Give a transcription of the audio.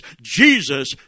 Jesus